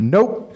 Nope